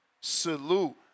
Salute